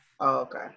okay